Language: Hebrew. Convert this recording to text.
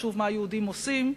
חשוב מה היהודים עושים,